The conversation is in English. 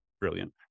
brilliant